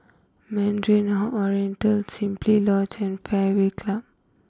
Mandarin Ho Oriental Simply Lodge and Fairway Club